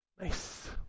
Nice